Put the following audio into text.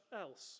else